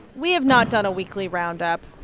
we have not done a weekly roundup.